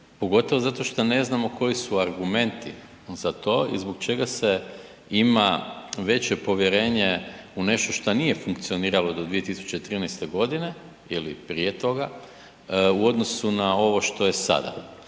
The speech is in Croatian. pogotovo šta ne znamo koji su argumenti za to i zbog čega se ima veće povjerenje u nešto šta nije funkcioniralo do 2013.g. ili prije toga u odnosu na ovo što je sada.